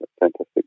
fantastic